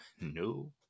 no